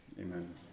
Amen